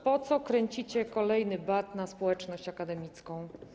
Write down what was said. Po co kręcicie kolejny bat na społeczność akademicką?